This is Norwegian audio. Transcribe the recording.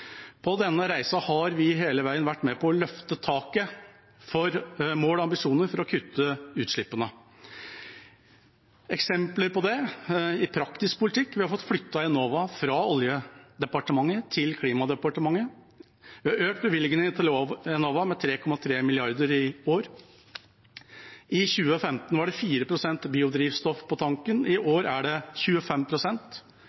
På denne reisen har vi hele veien vært med på å løfte taket for mål og ambisjoner for å kutte utslippene. Eksempler på det i praktisk politikk er at vi har fått flyttet Enova fra Oljedepartementet til Klimadepartementet. Vi har økt bevilgingene til Enova med 3,3 mrd. kr i år. I 2015 var det 4 pst. biodrivstoff på tanken, i